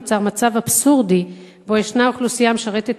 נוצר מצב אבסורדי בו ישנה אוכלוסייה המשרתת